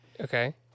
Okay